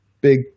big